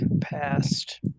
passed